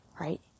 right